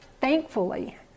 thankfully